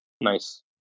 nice